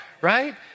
right